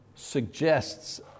suggests